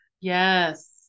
Yes